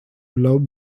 love